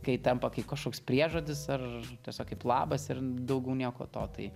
kai tampa kai kažkoks priežodis ar tiesiog kaip labas ir daugiau nieko to tai